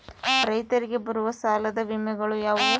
ರೈತರಿಗೆ ಬರುವ ಸಾಲದ ವಿಮೆಗಳು ಯಾವುವು?